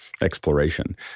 exploration